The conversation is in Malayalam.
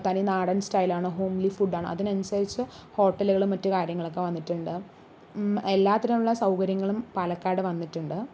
തനി നാടൻ സ്റ്റൈലാണോ ഹോംലി ഫുഡാണോ അതിനനുസരിച്ച് ഹോട്ടലുകളും മറ്റു കാര്യങ്ങളൊക്കെ വന്നിട്ടുണ്ട് എല്ലാറ്റിനുമുള്ള സൗകര്യങ്ങളും പാലക്കാട് വന്നിട്ടുണ്ട്